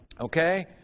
Okay